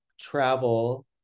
travel